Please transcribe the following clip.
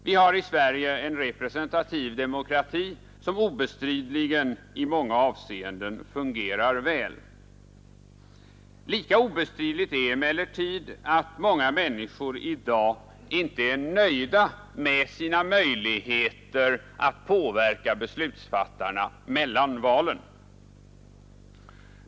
Vi har i Sverige en representativ demokrati som obestridligen i många avseenden fungerar väl. Lika obestridligt är emellertid att många människor i dag inte är nöjda med sina möjligheter att påverka beslutsfattarna mellan valen.